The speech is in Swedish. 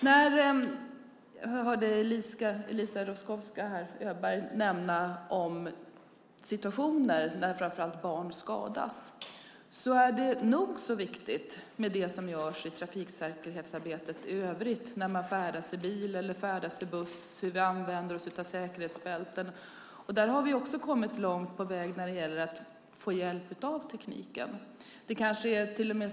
Jag hörde Eliza Roszkowska Öberg nämna situationer där framför allt barn skadas. Det som görs i trafiksäkerhetsarbetet i övrigt är nog så viktigt, till exempel när man färdas i bil eller buss och hur man använder säkerhetsbälten. Där har vi också kommit långt på vägen genom att ta hjälp av tekniken.